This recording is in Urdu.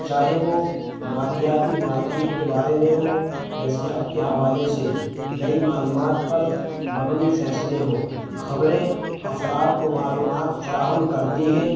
چاہے وہ مالیاتی مارکیٹ کے بارے میں ہو یا صحت کے حوالے سے نئی معلومات پر مبنی فیصلے ہوں خبریں افراد کو معلومات فراہم کرتی ہیں